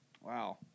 Wow